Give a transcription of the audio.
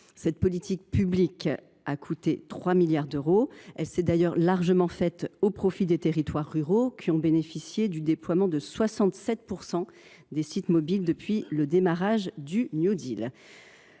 Cette politique publique a coûté 3 milliards d’euros et s’est largement faite au profit des territoires ruraux, qui ont bénéficié du déploiement de 67 % des sites mobiles depuis le démarrage du New Deal.